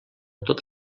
tot